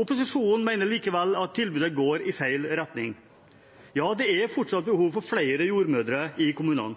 Opposisjonen mener likevel at tilbudet går i feil retning. Ja, det er fortsatt behov for flere jordmødre i kommunene.